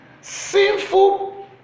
sinful